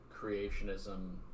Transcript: creationism